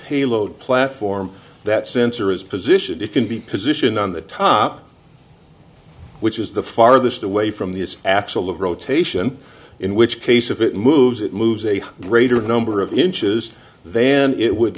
payload platform that sensor is positioned it can be positioned on the top which is the farthest away from the its absolute rotation in which case if it moves it moves a greater number of inches then it would